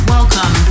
Welcome